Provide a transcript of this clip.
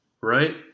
right